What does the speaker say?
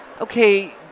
okay